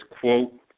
quote